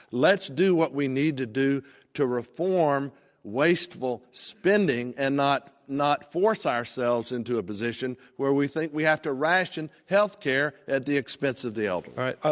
let's do what we need to do to reform wasteful spending and not not force ourselves into a position where we think we have to ration healthcare at the expense of the elderly. ah